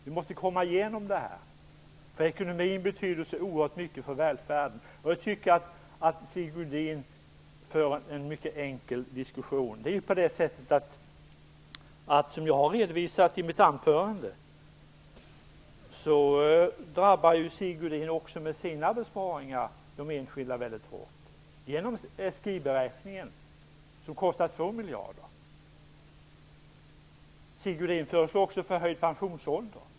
Vi måste komma igenom detta, eftersom ekonomin betyder oerhört mycket för välfärden. Jag tycker att Sigge Godin för en mycket enkel diskussion. Jag upprepar vad jag redovisade i mitt anförande. Också Sigge Godin drabbar enskilda människor väldigt hårt med sina besparingar genom SGI-beräkningen, som kostar 2 miljarder. Vidare föreslår Sigge Godin höjd pensionsålder.